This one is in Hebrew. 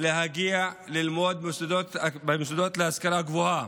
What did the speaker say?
להגיע ללמוד במוסדות להשכלה גבוהה.